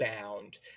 bound